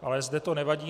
Ale zde to nevadí.